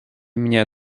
mnie